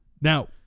Now